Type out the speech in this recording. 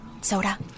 Soda